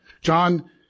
John